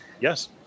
Yes